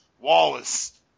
Wallace